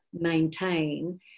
maintain